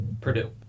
Purdue